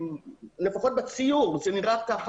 לפחות בציור זה נראה כך